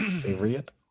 Favorite